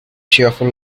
cheerful